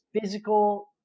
physical